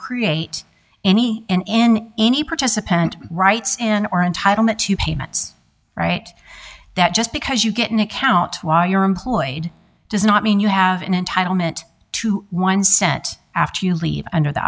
create any in any participant rights in or entitle me to payments right that just because you get an account while you're employed does not mean you have an entitlement to one set